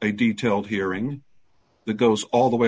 a detailed hearing the goes all the way